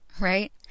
right